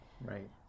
Right